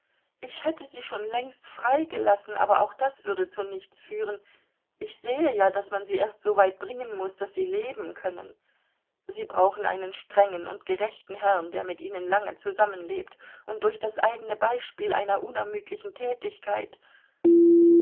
ich hätte sie schon längst freigelassen aber auch das würde zu nichts führen ich sehe ja daß man sie erst so weit bringen muß daß sie leben können sie brauchen einen strengen und gerechten herrn der mit ihnen lange zusammenlebt und durch das eigene beispiel einer unermüdlichen tätigkeit